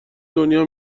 دنیا